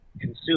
consume